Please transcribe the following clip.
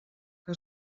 que